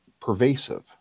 pervasive